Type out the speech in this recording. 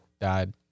died